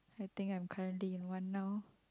I think I'm currently in one now